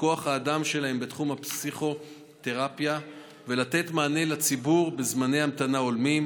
כוח האדם שלהן בתחום הפסיכותרפיה ולתת מענה לציבור בזמני המתנה הולמים.